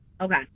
Okay